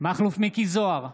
מכלוף מיקי זוהר,